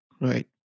Right